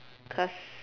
cause